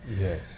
Yes